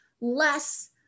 less